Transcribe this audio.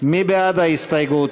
מי בעד ההסתייגות?